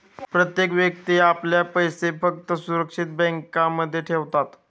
प्रत्येक व्यक्ती आपला पैसा फक्त सुरक्षित बँकांमध्ये ठेवतात